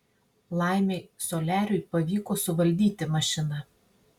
laimė soliariui pavyko suvaldyti mašiną